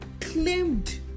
claimed